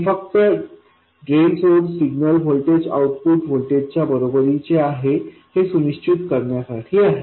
हे फक्त drain source signal voltage output व्होल्टेजच्या बरोबरीचे आहे हे सुनिश्चित करण्यासाठी आहे